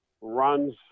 runs